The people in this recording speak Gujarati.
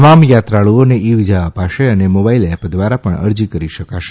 તમામ યાત્રાળૂઓને ઇ વિઝા અપાશે અને મોબાઇલ એપ દ્વારા પણ અરજી કરી શકાશે